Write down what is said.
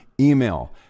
email